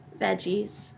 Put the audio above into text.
Veggies